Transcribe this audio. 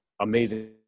amazing